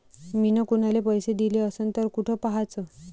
मिन कुनाले पैसे दिले असन तर कुठ पाहाचं?